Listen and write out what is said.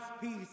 peace